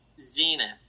Zenith